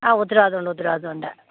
ആ ഉത്തരവാദിത്തം ഉണ്ട് ഉത്തരവാദിത്തം ഉണ്ട്